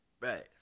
right